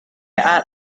are